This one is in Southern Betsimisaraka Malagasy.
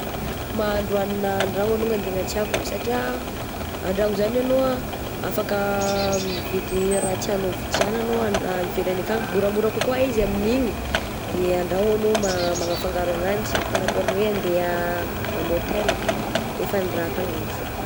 Mahandro hanina an-dragno alongany tegna tiako satria an-dragno zany anao ah afaka mividy raha tianao vidiagna anao ivelagny akany, moramora kokoa izy amin'ny igny de an-dragno anao ma-manafangaro ananjy, par rapport an'ny hoe handeha amy hotel nefa raha akany lafo.